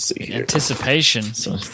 Anticipation